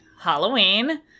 Halloween